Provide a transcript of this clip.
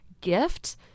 gift